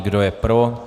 Kdo je pro?